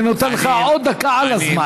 אני נותן לך עוד דקה על הזמן.